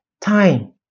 time